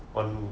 won ho